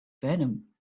venom